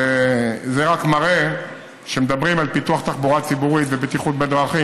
זה רק מראה שכאשר מדברים על פיתוח תחבורה ציבורית ובטיחות בדרכים